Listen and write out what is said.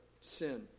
sin